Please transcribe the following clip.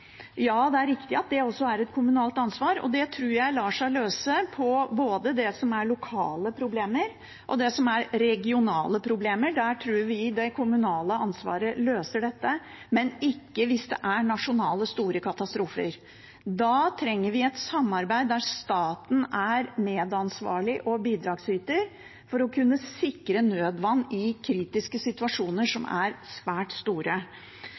lar seg løse ved lokale og regionale problemer – der tror vi det kommunale ansvaret løser dette – men ikke hvis det er store nasjonale katastrofer. Da trenger vi et samarbeid, der staten er medansvarlig og bidragsyter for å kunne sikre nødvann ved svært store, kritiske situasjoner.